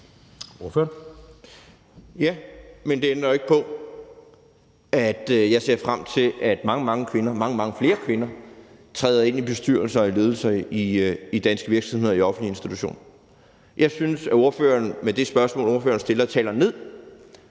Ja, men det ændrer jo ikke på, at jeg ser frem til, at mange, mange flere kvinder træder ind i bestyrelser og ledelser i danske virksomheder og i offentlige institutioner. Jeg synes, at ordføreren med det spørgsmål, ordføreren stiller, taler ned